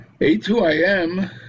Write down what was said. A2IM